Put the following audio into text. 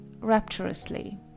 Rapturously